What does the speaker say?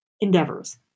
endeavors